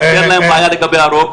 כך שאין להם בעיה לגבי הרוב.